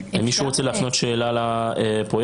מישהו רוצה להפנות שאלה לפרויקטור?